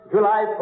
July